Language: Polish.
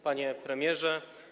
Panie Premierze!